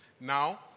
Now